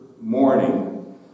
morning